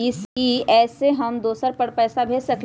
इ सेऐ हम दुसर पर पैसा भेज सकील?